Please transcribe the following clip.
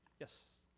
yes?